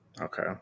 Okay